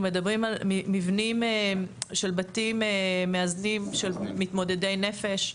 אנחנו מדברים על מבנים של בתים מאזנים של מתמודדי נפש.